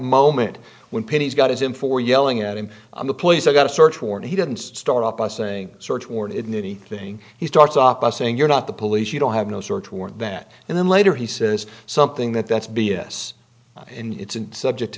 moment when pinney's got his in for yelling at him on the place i got a search warrant he didn't start off by saying search warrant nitty thing he starts off by saying you're not the police you don't have no search warrant that and then later he says something that that's b s and it's and subject